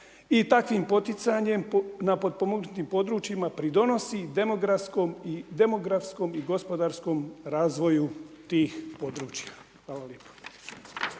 i takvim poticanjem na potpomognutim područjima, pridonosi demografskom i gospodarskom razvoju tih područja. Hvala lijepo.